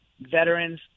veterans